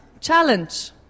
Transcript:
challenge